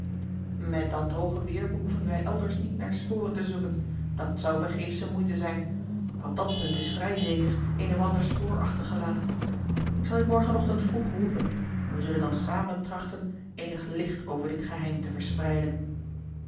met dat droge weer behoeven wij elders niet naar sporen te zoeken dat zou vergeefsche moeite zijn maar op dat punt is vrij zeker een of ander spoor achtergelaten ik zal je morgen ochtend vroeg roepen en wij zullen dan samen trachten eenig licht over dit geheim te verspreiden